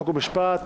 חוק ומשפט,